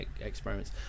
experiments